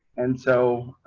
and so